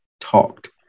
talked